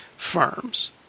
firms